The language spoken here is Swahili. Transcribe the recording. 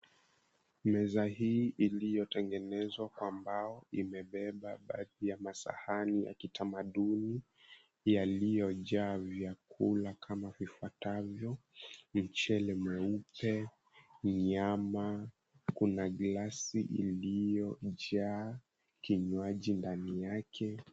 Meza hii iliyotengenezwa kwa mbao imebeba baadhi ya masahani ya kitamaduni yaliyojaa vyakula kama vifuatavyo mchele mweupe, nyama, kuna glasi iliyojaa kinywaji ndani yake.